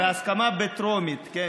בהסכמה בטרומית, כן.